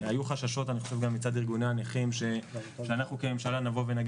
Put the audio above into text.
אני חושב שהיו חששות גם מצד ארגוני הנכים שאנחנו כממשלה נבוא ונגיד